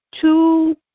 two